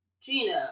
gina